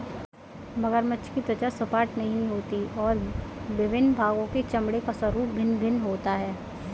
मगरमच्छ की त्वचा सपाट नहीं होती और विभिन्न भागों के चमड़े का स्वरूप भिन्न भिन्न होता है